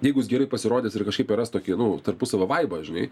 jeigu jis gerai pasirodys ir kažkaip ras tokį nu tarpusavio vaibą žinai